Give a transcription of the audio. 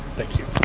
thank you.